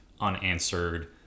unanswered